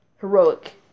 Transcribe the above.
heroic